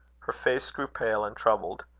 her face grew pale and troubled.